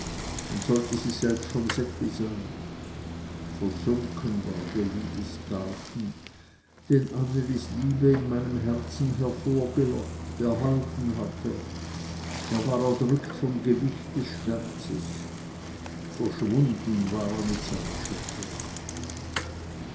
und sollte sie selbst vom seppli sein versunken war der liebesgarten den annelis liebe in meinem herzen hervorgelockt erhalten hatte er war erdrückt vom gewichte des schmerzes verschwunden war er mit seiner schöpferin